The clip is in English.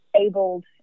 abled